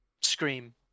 Scream